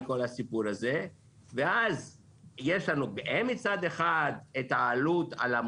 אז לזה קיבלנו עוד 30 מיליון שקלים, שזה מה שנדרש.